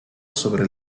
sobre